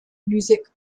music